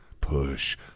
Push